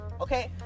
okay